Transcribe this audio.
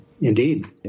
Indeed